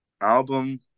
album